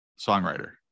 songwriter